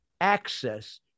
access